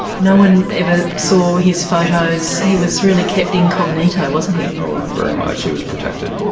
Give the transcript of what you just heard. no one ever saw his photos, he was really kept incognito wasn't he? oh very much, he was protected.